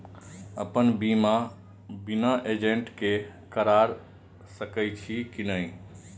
अपन बीमा बिना एजेंट के करार सकेछी कि नहिं?